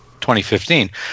2015